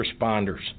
responders